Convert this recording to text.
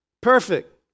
perfect